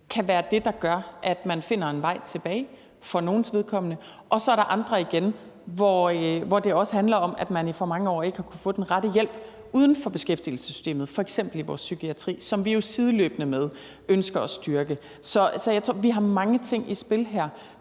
kan være det, der gør, at man finder en vej tilbage. Så er der andre tilfælde igen, hvor det også handler om, at man i for mange år ikke har kunnet få den rette hjælp uden for beskæftigelsessystemet, f.eks. i vores psykiatri, som vi jo sideløbende ønsker at styrke. Vi har mange ting i spil her,